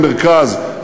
למרכז,